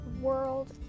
World